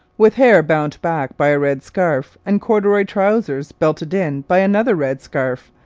with hair bound back by a red scarf, and corduroy trousers belted in by another red scarf,